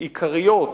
עיקריות